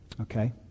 okay